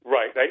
Right